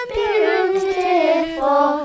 beautiful